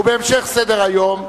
ובהמשך סדר-היום: